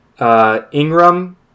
Ingram